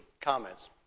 comments